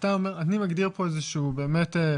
שאתה אומר: אני מגדיר פה איזשהו סטנדרט,